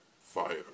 Fire